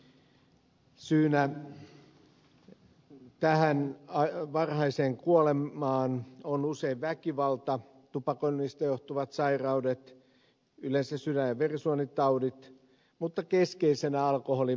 syynä tähän varhaiseen kuolemaan on usein väkivalta tupakoinnista johtuvat sairaudet yleensä sydän ja verisuonitaudit mutta keskeisenä alkoholin väärinkäyttö